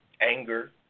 anger